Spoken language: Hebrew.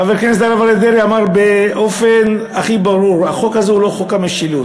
חבר הכנסת אריה דרעי אמר באופן הכי ברור: החוק הזה הוא לא חוק המשילות.